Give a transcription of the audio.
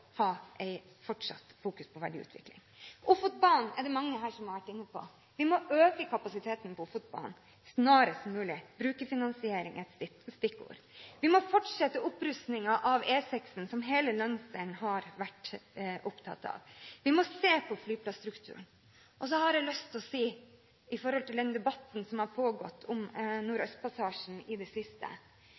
ha en fortsatt fokusering på verdiutvikling. Ofotbanen er det mange her som har vært inne på. Vi må øke kapasiteten på Ofotbanen snarest mulig; brukerfinansiering er et viktig stikkord. Vi må fortsette opprustingen av E6, som hele landsdelen har vært opptatt av. Vi må se på flyplasstrukturen. Og så har jeg i forbindelse med den debatten som har pågått om Nordøstpassasjen i det siste,